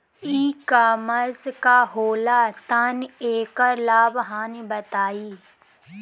ई कॉमर्स का होला तनि एकर लाभ हानि बताई?